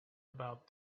about